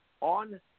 on